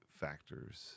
factors